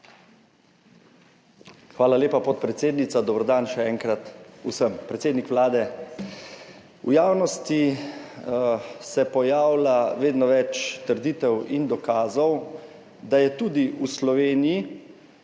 Hvala lepa, podpredsednica. Dober dan še enkrat vsem predsednik Vlade! V javnosti se pojavlja vedno več trditev in dokazov, da so se tudi v Sloveniji,